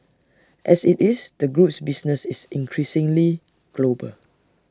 as IT is the group's business is increasingly global